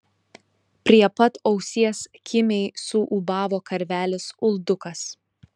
prie pat ausies kimiai suūbavo karvelis uldukas